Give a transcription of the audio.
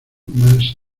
más